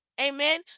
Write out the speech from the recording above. Amen